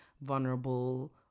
vulnerable